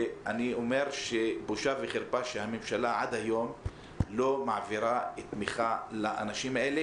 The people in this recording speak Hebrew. בושה וחרפה שהממשלה עד היום לא מעבירה תמיכה לאנשים האלה,